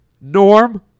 Norm